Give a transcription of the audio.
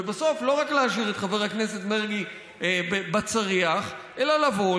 ובסוף לא רק להשאיר את חבר הכנסת מרגי בצריח אלא לבוא,